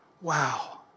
Wow